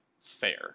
fair